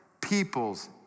peoples